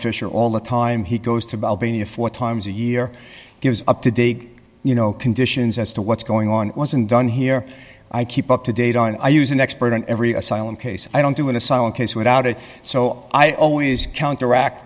fischer all the time he goes to albania four times a year gives up to dig you know conditions as to what's going on wasn't done here i keep up to date on i use an expert in every asylum case i don't do an asylum case without it so i always counteract